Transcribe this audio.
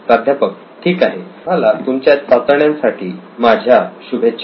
प्राध्यापक ठीक आहे तुम्हाला तुमच्या चाचण्यांसाठी माझ्या शुभेच्छा